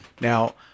Now